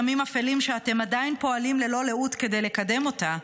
ימים אפלים שאתם עדיין פועלים ללא לאות כדי לקדם אותה,